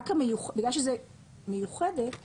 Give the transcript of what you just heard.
בגלל זאת מיוחדת